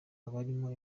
abarimo